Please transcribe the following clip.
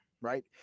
Right